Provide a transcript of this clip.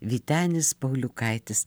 vytenis pauliukaitis